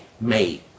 made